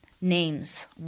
names